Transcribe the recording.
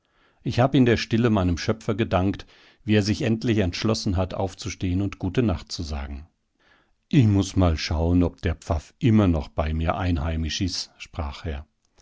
ich hab in der stille meinem schöpfer gedankt wie er sich endlich entschlossen hat aufzustehen und gute nacht zu sagen i muß mal schauen ob der pfaff immer noch bei mir einheimisch is sprach er